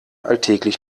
alltäglich